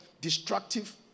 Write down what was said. destructive